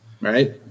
Right